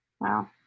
wow